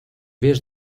vez